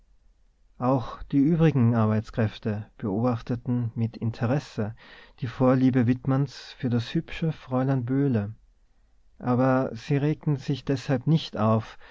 auch die übrigen arbeitskräfte beobachteten mit interesse die vorliebe wittmanns für das hübsche fräulein böhle aber sie regten sich deshalb nicht auf